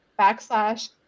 backslash